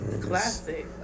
Classic